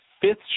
fifth